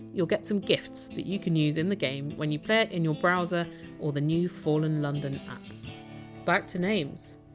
you! ll get some gifts that you can use in the game when you play it in your browser or the new fallen london app back to names